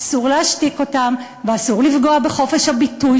אסור להשתיק אותם ואסור לפגוע בחופש הביטוי